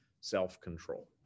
self-control